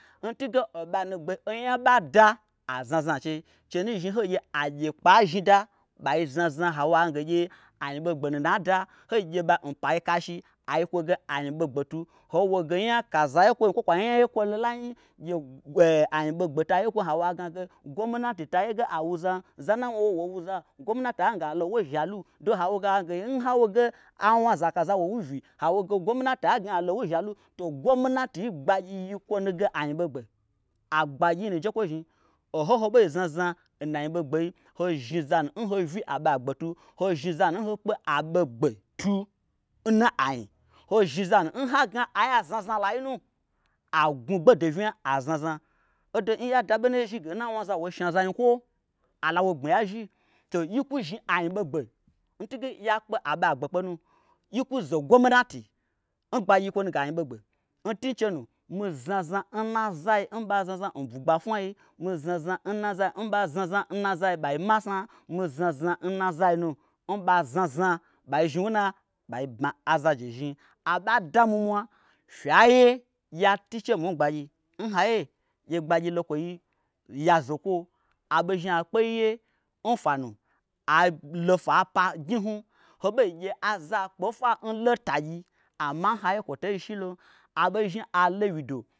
N tunge oɓanu gbei onya ɓada aznazna nchei chenu zhni hoi gye ge agyekpea'zhni daɓai znazna hawo ai gnage anyi gbogbe nu na da hoi gyeɓa n pai kashi aiyikwo ge anyi ɓo gbetu hoi woge nya kaza kwo kwa nyaye n kwo lolai nyi gye anyi ɓogbe taye kwom hawo aignage gye gwomnati taye ge awuzam. zana wnawo woi wuza gwomnati gnage alo nwoi n zhalu doho hawo ange nhawoge awna za kaza wo wyi vyi hawo ge gwomnati gnage alo nwoi n zhalu to gwomnati yi gbagyi yi kwo nuge anyiɓogbe agbagyi yinu jekwo zhni oho nho ɓei znazna nna ɓogbei hozhni zanu n ho vyi aɓo'agbetu, ho zhni zanu nho kpe aɓogbetu nna anyi ho zhni zanu n ha gna aye aznazna lai nu agnwugbodo vnya aznazna. Odo n ya daɓo nai n zhi ge nna wnaza woi shnazanyikwo alawo gbminhya n zhi to yi kwu zhi anyi ɓogbe ntunge ya kpe aɓo agbekpe nu. yi kwuzo gwomnati n gbagyi yikwonu ge anyi ɓegbe ntun che nu mi znazna nna zai nɓa znazna n bwugba fwnai, mi znazna nna zai n ɓa znazna nna zai ɓai masna. mi znazna nna zai nu ɓa znazna nna zai ɓai zhni wuna ɓai bma azaje zhni aɓa dami n mwa fye ye. ya tu che mwui n gbagyi n haiye gye gbagyi lo kwoi ya zokwo aɓo zhni akpeiye n fwanu alo fwapa n gnyi hnu ho bei gye aza kpe n fwa nlo tagyi amma n haiye kwo tei shilon aɓeizhni alo wyido